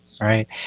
Right